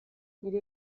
nire